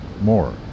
more